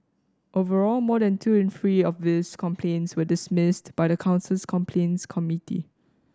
overall more than two in three of these complaints were dismissed by the council's complaints committee